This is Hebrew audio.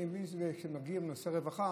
אני מבין שכשמגיעים לנושא הרווחה